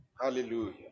Hallelujah